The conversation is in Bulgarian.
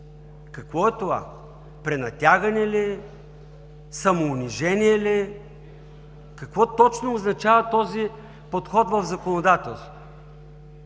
Какво е това – пренатягане ли, самоунижение ли, какво точно означава този подход в законодателството?